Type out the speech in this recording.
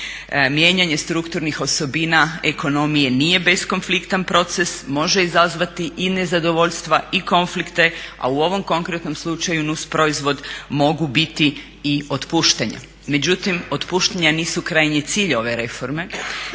Mijenjanje strukturnih osobina ekonomije nije beskonfliktan proces, može izazvati i nezadovoljstva i konflikte a u ovom konkretnom slučaju nusproizvod mogu biti i otpuštanja. Međutim, otpuštanja nisu krajnji cilj ove reforme.